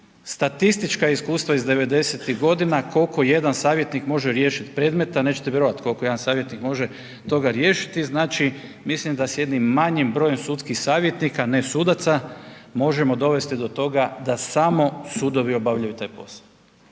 statistička iskustva iz devedesetih godina koliko jedan savjetnik može riješiti predmeta. Nećete vjerovati koliko jedan savjetnik može toga riješiti, mislim da s jednim manjim brojem sudskih savjetnika, ne sudaca, možemo dovesti do toga da samo sudovi obavljaju taj posao.